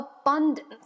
abundance